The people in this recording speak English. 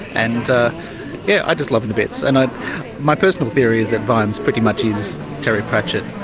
and yeah, i just love him to bits and my personal theory is that vimes pretty much is terry pratchett.